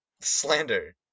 slander